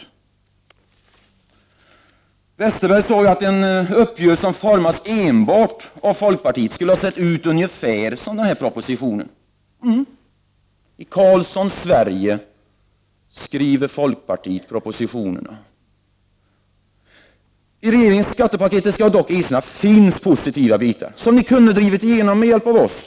Bengt Westerberg sade att en uppgörelse som formats enbart av folkpartiet skulle ha sett ut ungefär som denna proposition. Ja, i Carlssons Sverige skriver folkpartiet propositionerna. I regeringens skattepaket — det skall jag dock erkänna — finns positiva bitar, som ni hade kunnat driva igenom med hjälp av oss.